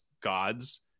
gods